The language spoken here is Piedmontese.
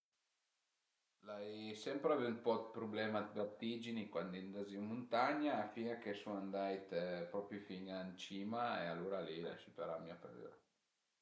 L'ai sempre avù ën po 'd prublema dë vertigini cuandi andaziu ën muntagna fin a che sun andait propi fin ën cima e alura li l'ai süperà mia paüra